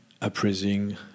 appraising